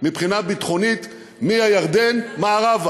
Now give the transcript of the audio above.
מבחינה ביטחונית מהירדן מערבה.